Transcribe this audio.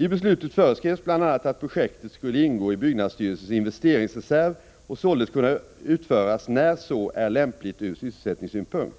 I beslutet föreskrevs bl.a. att projektet skulle ingå i byggnadsstyrelsens investeringsreserv och således kunna utföras när så är lämpligt från sysselsättningssynpunkt.